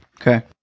Okay